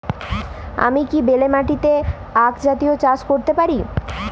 আমি কি বেলে মাটিতে আক জাতীয় চাষ করতে পারি?